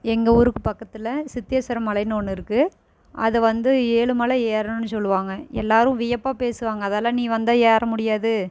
எங்கள் ஊருக்கு பக்கத்தில் சித்தேஸ்வரர் மலைனு ஒன்று இருக்கு அது வந்து ஏழுமலை ஏறணும்னு சொல்லுவாங்க எல்லாரும் வியப்பாக பேசுவாங்க அதால நீ வந்தா ஏற முடியாது